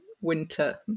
winter